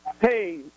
Hey